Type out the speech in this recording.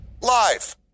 live